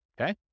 okay